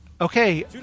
Okay